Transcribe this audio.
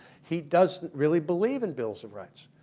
he doesn't really believe in bills of rights.